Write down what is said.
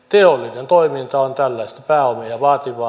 teollinen toiminta on tällaista pääomia vaativaa